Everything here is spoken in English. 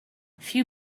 few